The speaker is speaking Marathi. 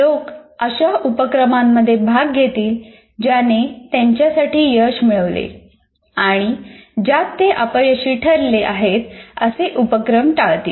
लोक अशा उपक्रमांमध्ये भाग घेतील ज्याने त्यांच्यासाठी यश मिळवले आणि ज्यात ते अपयशी ठरले आहेत असे उपक्रम टाळतील